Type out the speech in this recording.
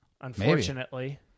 Unfortunately